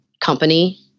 company